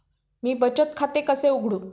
मी बचत खाते कसे उघडू?